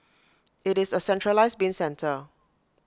IT is A centralised bin centre